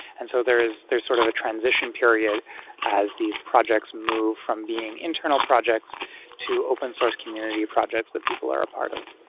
and so there's there's sort of a transition period as these projects move from being internal projects to open source community projects that people are a part of.